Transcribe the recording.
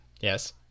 Yes